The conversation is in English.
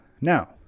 Now